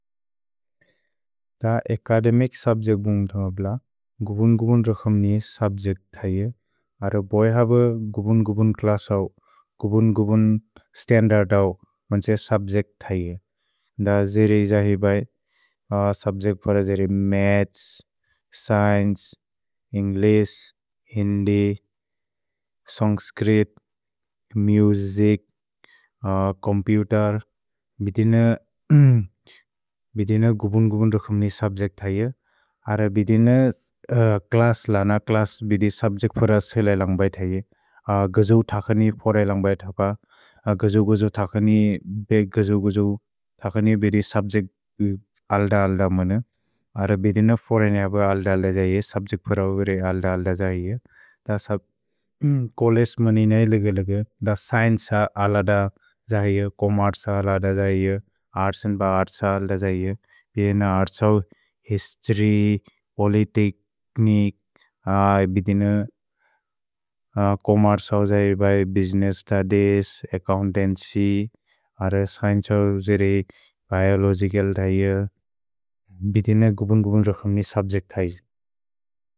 द academic subject बुन्ग्धोब्ल, गुबुन्-गुबुन् रखम्नि सुब्जेक् थये, अरो बोइहबे गुबुन्-गुबुन् क्लसौ, गुबुन्-गुबुन् स्तन्दर्दौ, मन् त्सए सुब्जेक् थये। द जेरे हि जहि बै, सुब्जेक् फर जेरे maths, science, English, Hindi, Sanskrit, music, computer, बिदिन बिदिन गुबुन्-गुबुन् रखम्नि सुब्जेक् थये, अरो बिदिन क्लस् लन। भिदिन क्लस् बिदिन सुब्जेक् फर जेलय् लन्ग् बैथये, गुझु थकनि फोरय् लन्ग् बैथप, गुझु-गुझु थकनि, बेग् गुझु-गुझु थकनि बिदिन सुब्जेक् अल्द-अल्द मन। अरो बिदिन फोरय् नेहपे अल्द-अल्द जये, सुब्जेक् फर उबेरे अल्द-अल्द जये, द सब्, कोलेस् मनि नहि लगे-लगे, द स्चिएन्चे अलद जये, चोम्मेर्चे अलद जये, अर्त्स् अन्द् थे अर्त्स् अलद जये, बिदिन अर्त्सौ हिस्तोर्य्, पोलितिच्, तेछ्निकुए, बिदिन चोम्मेर्चे औ जये बै, बुसिनेस्स् स्तुदिएस्, अच्चोउन्तन्च्य्, अरो स्चिएन्चे औ जेरे बिओलोगिचल् थये, बिदिन गुबुन्-गुबुन् रखम्नि सुब्जेक् थये।